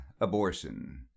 abortion